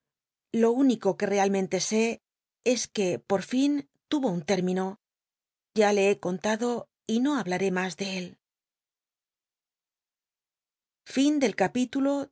lo único que realmente sé es que por lin tu ro un término ya le he contado y no hahlaré mas de él